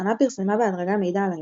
התחנה פרסמה בהדרגה מידע על האירוע,